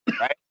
Right